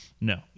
No